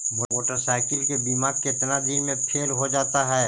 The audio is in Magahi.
मोटरसाइकिल के बिमा केतना दिन मे फेल हो जा है?